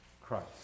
Christ